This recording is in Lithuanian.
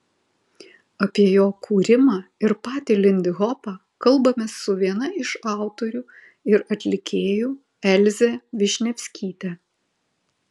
apie jo kūrimą ir patį lindihopą kalbamės su viena iš autorių ir atlikėjų elze višnevskyte